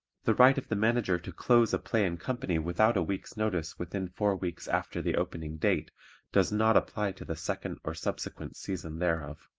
the right of the manager to close a play and company without a week's notice within four weeks after the opening date does not apply to the second or subsequent season thereof.